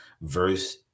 verse